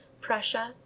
Prussia